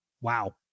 Wow